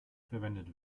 verwendet